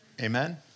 Amen